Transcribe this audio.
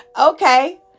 okay